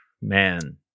Man